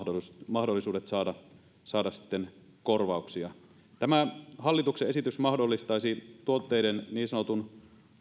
mahdollisuudet saada korvauksia tämä hallituksen esitys mahdollistaisi tuotteiden niin sanotun